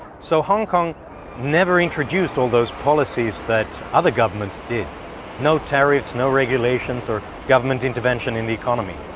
so hong kong never introduced all those policies that other governments did no tariffs, no regulations or government intervention in the economy.